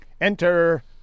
Enter